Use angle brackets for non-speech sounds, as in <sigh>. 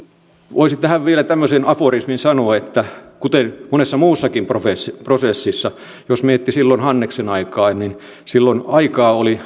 voisi tähän vielä tämmöisen aforismin sanoa kuten monessa muussakin prosessissa prosessissa jos miettii hanneksen aikaa silloin aikaa oli <unintelligible>